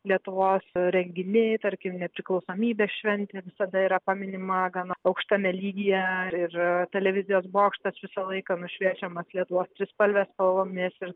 lietuvos renginiai tarkime nepriklausomybės šventė visada yra paminima gana aukštame lygyje ir televizijos bokštas visą laiką nušviečiamas lietuvos trispalvės spalvomis ir